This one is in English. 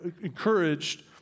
encouraged